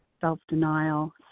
self-denial